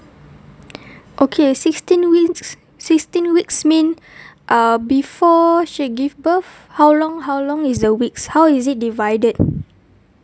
okay sixteen weeks sixteen weeks mean uh before she give birth how long how long is the weeks how is it divided